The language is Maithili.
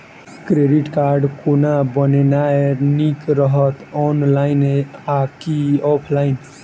क्रेडिट कार्ड कोना बनेनाय नीक रहत? ऑनलाइन आ की ऑफलाइन?